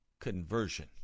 conversion